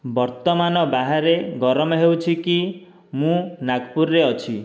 ବର୍ତ୍ତମାନ ବାହାରେ ଗରମ ହେଉଛି କି ମୁଁ ନାଗପୁରରେ ଅଛି